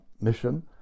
mission